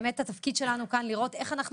התפקיד שלנו כאן הוא לראות איך אנחנו